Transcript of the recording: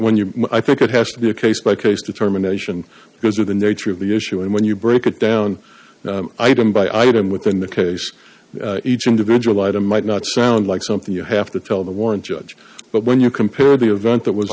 when you i think it has to be a case by case determination because of the nature of the issue and when you break it down item by item within the case each individual item might not sound like something you have to tell the warren judge but when you compared the event that was